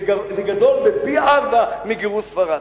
זה פי-ארבעה מגירוש ספרד.